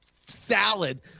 salad